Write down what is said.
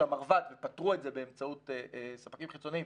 המרבד ופתרו את זה באמצעות ספקים חיצוניים